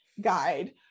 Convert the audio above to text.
guide